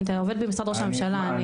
אתה עובד במשרד ראש הממשלה.